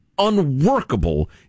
unworkable